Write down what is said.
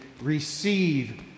receive